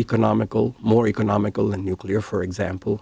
economical more economical and nuclear for example